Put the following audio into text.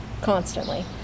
constantly